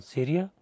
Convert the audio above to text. Syria